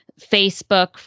Facebook